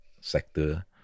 sector